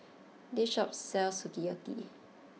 this shop sells Sukiyaki